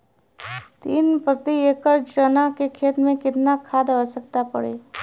तीन प्रति एकड़ चना के खेत मे कितना खाद क आवश्यकता पड़ी?